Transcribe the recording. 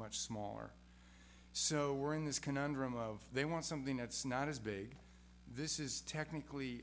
much smaller so we're in this conundrum of they want something that's not as big this is technically